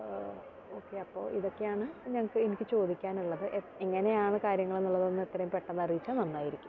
okay അപ്പോൾ ഇതൊക്കെയാണ് ഞങ്ങൾക്ക് എനിക്ക് ചോദിക്കാനുള്ളത് എ എങ്ങനെയാണ് കാര്യങ്ങൾ എന്നുള്ളതൊന്ന് എത്രയും പെട്ടെന്ന് അറിയിച്ചാൽ നന്നായിരിക്കും